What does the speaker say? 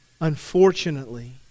unfortunately